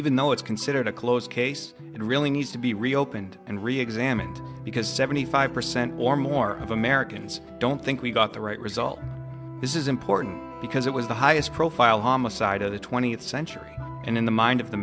even though it's considered a closed case and really needs to be reopened and reexamined because seventy five percent or more of americans don't think we got the right result this is important because it was the highest profile homicide of the twentieth century and in the mind